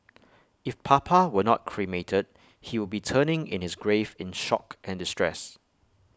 if papa were not cremated he would be turning in his grave in shock and distress